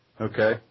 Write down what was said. Okay